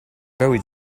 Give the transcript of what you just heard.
very